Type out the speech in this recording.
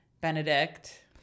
Benedict